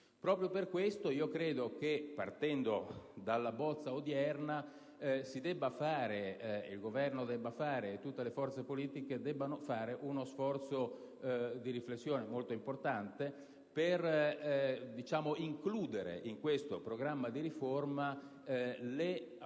Proprio per questo, partendo dalla bozza odierna, credo che il Governo e tutte le forze politiche debbano fare uno sforzo di riflessione molto importante per includere in questo Programma le riforme di